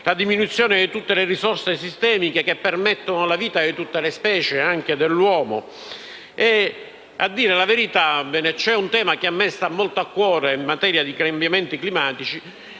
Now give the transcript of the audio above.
di diminuzione di tutte le risorse sistemiche che permettono la vita di tutte le specie e anche dell'uomo. A dire la verità, c'è un tema che a me sta molto a cuore in materia di cambiamenti climatici